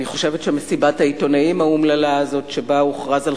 מסיבת העיתונאים האומללה הזאת שבה הוכרז על